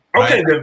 Okay